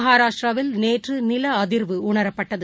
மகாராஷ்டிராவில் நேற்றிரவு நில அதிர்வு உணரப்பட்டது